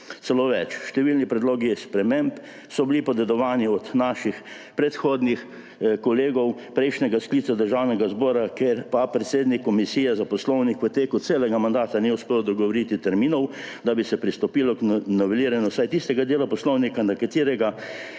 Celo več, številni predlogi sprememb so bili podedovani od naših predhodnih kolegov prejšnjega sklica Državnega zbora, ker pa predsednik Komisije za poslovnik v teku celega mandata ni uspel dogovoriti terminov, da bi se pristopilo k noveliranju vsaj tistega dela Poslovnika, za katerega